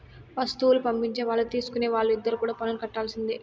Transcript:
వస్తువులు పంపించే వాళ్ళు తీసుకునే వాళ్ళు ఇద్దరు కూడా పన్నులు కట్టాల్సిందే